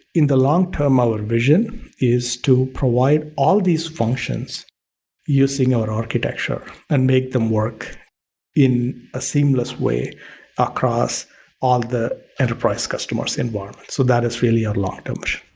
in the long-term, our vision is to provide all these functions using our architecture and make them work in a seamless way across all the enterprise customers environment. so, that is really our long-term vision